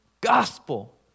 gospel